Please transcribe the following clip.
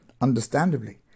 Understandably